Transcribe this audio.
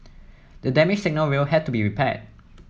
the damaged signal rail had to be repaired